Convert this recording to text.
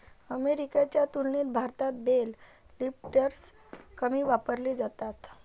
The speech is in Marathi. अमेरिकेच्या तुलनेत भारतात बेल लिफ्टर्स कमी वापरले जातात